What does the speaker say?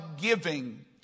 giving